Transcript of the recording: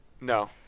No